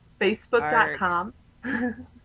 facebook.com